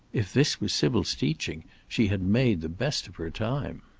if this was sybil's teaching, she had made the best of her time.